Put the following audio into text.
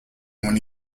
when